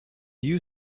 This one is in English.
you